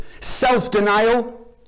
self-denial